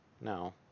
No